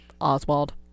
Oswald